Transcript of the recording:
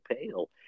pale